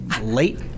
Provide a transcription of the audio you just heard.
late